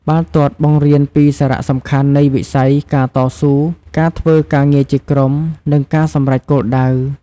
បាល់ទាត់បង្រៀនពីសារៈសំខាន់នៃវិន័យ ការតស៊ូ ការធ្វើការងារជាក្រុម និងការសម្រេចគោលដៅ។